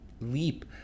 leap